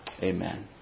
Amen